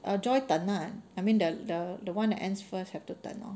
uh joy 等 lah I mean the the the one who ends first will have to 等 lor